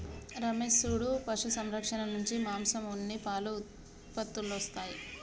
రమేష్ సూడు పశు సంరక్షణ నుంచి మాంసం ఉన్ని పాలు ఉత్పత్తులొస్తాయి